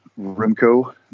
Rimco